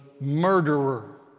murderer